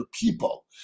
people